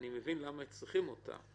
מבין למה צריכים חזקה כזאת,